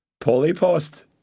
Polypost